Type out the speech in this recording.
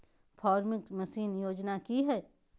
Farming machine योजना कि हैय?